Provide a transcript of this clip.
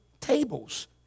tables